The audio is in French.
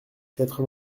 quatre